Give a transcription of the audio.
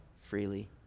freely